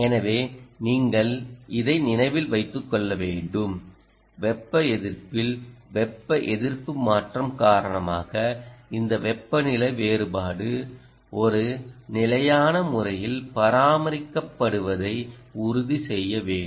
எனவே நீங்கள் இதை நினைவில் வைத்துக் கொள்ள வேண்டும் வெப்ப எதிர்ப்பில் வெப்ப எதிர்ப்பு மாற்றம் காரணமாக இந்த வெப்பநிலை வேறுபாடு ஒரு நிலையான முறையில் பராமரிக்கப்படுவதை உறுதி செய்ய வேண்டும்